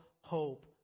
hope